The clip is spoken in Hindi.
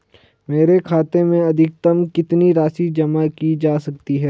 मेरे खाते में अधिकतम कितनी राशि जमा की जा सकती है?